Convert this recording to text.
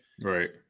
Right